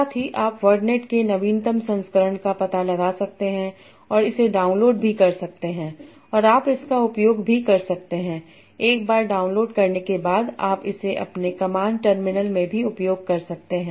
साथ ही आप वर्डनेट के नवीनतम संस्करण का पता लगा सकते हैं और इसे डाउनलोड भी कर सकते हैं और आप इसका उपयोग भी कर सकते हैं एक बार डाउनलोड करने के बाद आप इसे अपने कमांड टर्मिनल में भी उपयोग कर सकते हैं